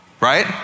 Right